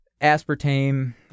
aspartame